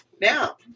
now